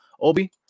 Obi